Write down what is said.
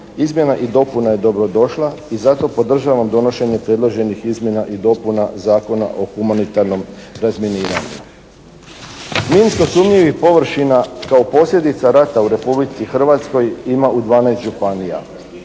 izmjena i dopuna je dobro došla i zato podržavam donošenje predloženih izmjena i dopuna Zakona o humanitarnom razminiranju. Minsko sumnjivih površina kao posljedica rata u Republici Hrvatskoj ima u 12 županija.